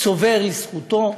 צובר לזכותו.